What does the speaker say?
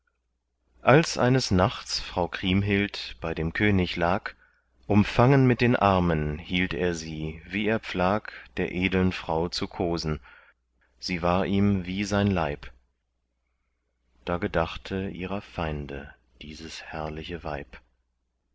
als eines nachts frau kriemhild bei dem könig lag umfangen mit den armen hielt er sie wie er pflag der edeln frau zu kosen sie war ihm wie sein leib da gedachte ihrer feinde dieses herrliche weib